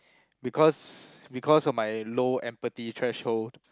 because because of my low empathy threshold